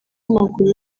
w’amaguru